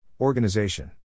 Organization